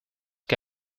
que